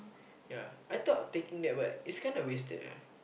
ya I thought of taking that but it's kind of wasted